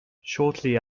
shortly